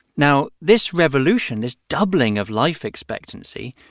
now, this revolution, this doubling of life expectancy,